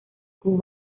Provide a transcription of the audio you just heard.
quo